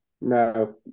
No